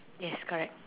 yes correct